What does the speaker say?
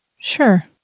sure